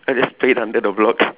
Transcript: I just straight under the block